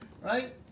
right